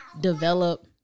develop